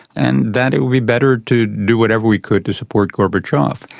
and that it would be better to do whatever we could to support gorbachev.